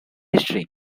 history